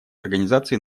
организации